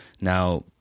now